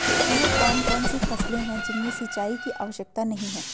वह कौन कौन सी फसलें हैं जिनमें सिंचाई की आवश्यकता नहीं है?